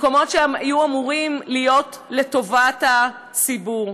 מקומות שהיו אמורים להיות לטובת הציבור.